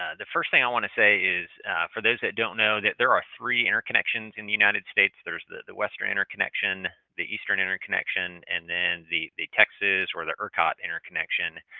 ah the first thing i want to say is for those that don't know, there are three interconnections in the united states. there's the the western interconnection, the eastern interconnection, and then the the texas or the ercot interconnection.